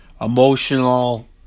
emotional